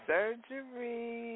Surgery